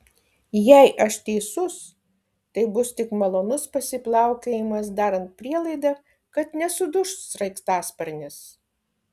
jei aš teisus tai bus tik malonus pasiplaukiojimas darant prielaidą kad nesuduš sraigtasparnis